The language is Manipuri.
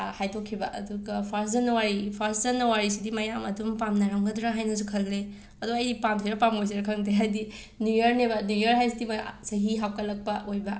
ꯍꯥ ꯍꯥꯏꯗꯣꯛꯈꯤꯕ ꯑꯗꯨꯒ ꯐꯥꯁꯠ ꯖꯅꯋꯥꯔꯤ ꯐꯥꯁꯠ ꯖꯅꯋꯥꯔꯤꯁꯤꯗꯤ ꯃꯌꯥꯝ ꯑꯗꯨꯝ ꯄꯥꯝꯅꯔꯝꯒꯗ꯭ꯔ ꯍꯥꯏꯅꯁꯨ ꯈꯜꯂꯤ ꯑꯗꯣ ꯑꯩ ꯄꯥꯝꯁꯤꯔ ꯄꯥꯝꯃꯣꯏꯁꯤꯔ ꯈꯪꯗꯦ ꯍꯥꯏꯗꯤ ꯅ꯭ꯌꯨꯌꯔ ꯅꯦꯕ ꯅ꯭ꯌꯦꯌꯔ ꯍꯥꯏꯁꯤꯗꯤ ꯃ ꯆꯍꯤ ꯍꯥꯞꯀꯠꯂꯛꯄ ꯑꯣꯏꯕ